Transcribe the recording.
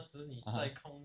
(uh huh)